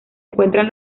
encuentran